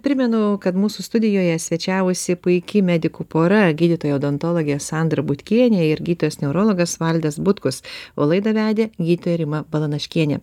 primenu kad mūsų studijoje svečiavosi puiki medikų pora gydytoja odontologė sandra butkienė ir gydytojas neurologas valdas butkus o laidą vedė gydytoja rima balanaškienė